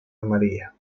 amarilla